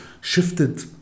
shifted